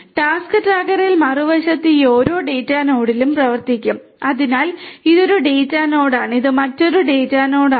task ട്രാക്കറിൽ മറുവശത്ത് ഈ ഓരോ ഡാറ്റാ നോഡിലും പ്രവർത്തിക്കും അതിനാൽ ഇത് ഒരു ഡാറ്റ നോഡാണ് ഇത് മറ്റൊരു ഡാറ്റ നോഡാണ്